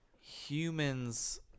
humans